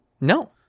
No